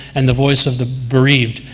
and the voice of the bereaved,